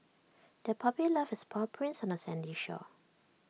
the puppy left its paw prints on the sandy shore